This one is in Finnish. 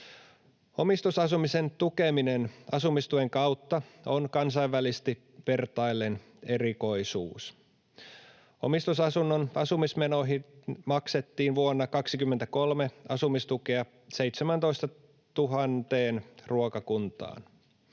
Omistusasumisen tukeminen asumistuen kautta on kansainvälisesti vertaillen erikoisuus. Omistusasunnon asumismenoihin maksettiin vuonna 2023 asumistukea 17 000 ruokakuntaan.